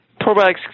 Probiotics